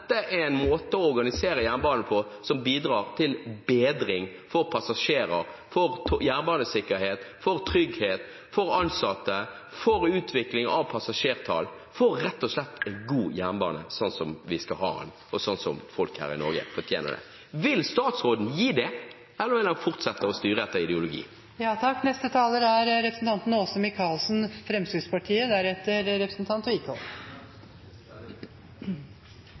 dette er en måte å organisere jernbanen på som bidrar til bedring for passasjerer, for jernbanesikkerhet, for trygghet, for ansatte, for utvikling av passasjertall, for rett og slett en god jernbane, slik vi skal ha den, og slik folk i Norge fortjener det. Vil statsråden gi oss det, eller vil han fortsette å styre etter ideologi? Vil vi noe med bane eller vil vi ikke? Jeg vil tro at uansett hvilket politisk ståsted den en hadde spurt har, er